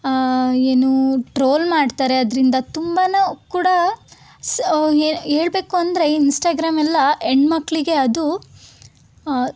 ಏನು ಟ್ರೋಲ್ ಮಾಡ್ತಾರೆ ಅದರಿಂದ ತುಂಬಾ ಕೂಡ ಹೇಳ್ಬೇಕುಂದ್ರೆ ಇನ್ಸ್ಟಾಗ್ರಾಮೆಲ್ಲಾ ಹೆಣ್ಮಕ್ಳಿಗೆ ಅದು